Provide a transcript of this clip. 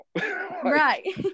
right